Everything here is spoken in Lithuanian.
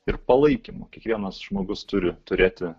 ir palaikymu kiekvienas žmogus turi turėti